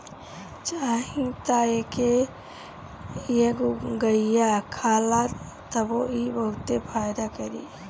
चाही त एके एहुंगईया खा ल तबो इ बहुते फायदा करी